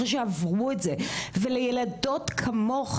אחרי שעברו את זה ולילדות כמוך,